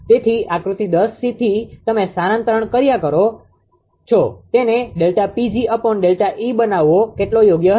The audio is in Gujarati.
તેથી આકૃતિ 10 સી થી તમે સ્થાનાંતરણ કાર્ય કરો છો તેને ΔPgΔE બનાવવો કેટલો યોગ્ય હશે